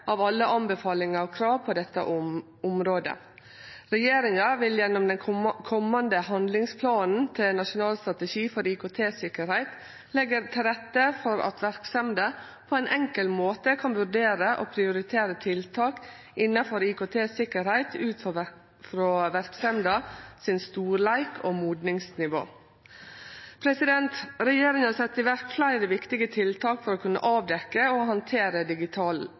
av alle anbefalingar og krav på dette området. Regjeringa vil gjennom den komande handlingsplanen til ein nasjonal strategi for IKT-sikkerheit leggje til rette for at verksemder på ein enkel måte kan vurdere og prioritere tiltak innanfor IKT-sikkeheit ut frå verksemda sin storleik og modningsnivå. Regjeringa set i verk fleire viktige tiltak for å kunne avdekkje og handtere